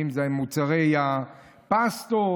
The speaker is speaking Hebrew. ואם זה מוצרי הפסטות.